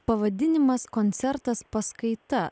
pavadinimas koncertas paskaita